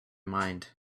mind